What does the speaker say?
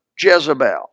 Jezebel